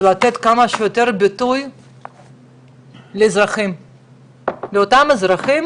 ולתת כמה שיותר ביטוי לאזרחים, לאותם אזרחים